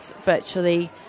Virtually